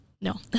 no